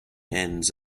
ends